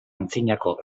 antzinako